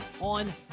on